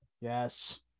Yes